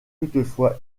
toutefois